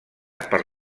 per